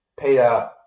Peter